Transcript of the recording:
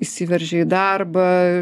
įsiveržia į darbą